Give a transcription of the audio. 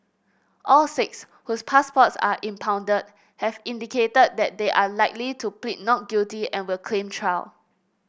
all six whose passports were impounded have indicated that they are likely to plead not guilty and will claim trial